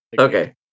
Okay